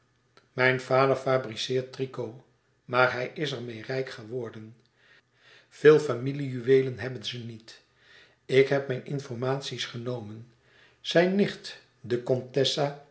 mijn vader fabriceert tricot maar hij is er meê rijk geworden veel familie juweelen hebben ze niet ik heb mijn informaties genomen zijn nicht de contessa